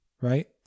right